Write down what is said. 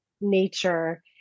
nature